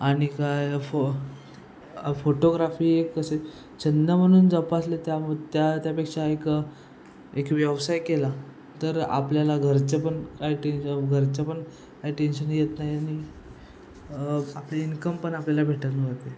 आणि काय फो फोटोग्राफी एक कसे छंद म्हणून जोपासले त्या त्यापेक्षा एक एक व्यवसाय केला तर आपल्याला घरचे पण काय टेन घरचे पण काय टेन्शन येत नाही आणि आपले इन्कम पण आपल्याला भेटनं होते